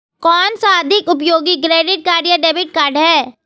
कौनसा अधिक उपयोगी क्रेडिट कार्ड या डेबिट कार्ड है?